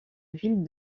ville